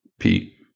pete